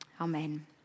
Amen